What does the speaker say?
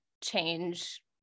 change